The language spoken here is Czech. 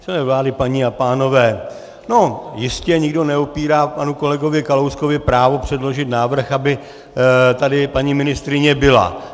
Členové vlády, paní a pánové, jistě nikdo neupírá panu kolegovi Kalouskovi právo předložit návrh, aby tady paní ministryně byla.